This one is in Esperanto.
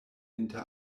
inter